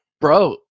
Bro